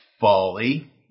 folly